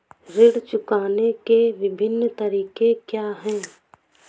ऋण चुकाने के विभिन्न तरीके क्या हैं?